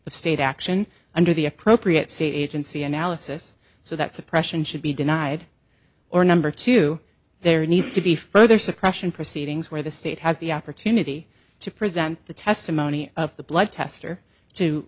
of state action under the appropriate see agency analysis so that suppression should be denied or number two there needs to be further suppression proceedings where the state has the opportunity to present the testimony of the blood test or to